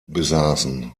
besaßen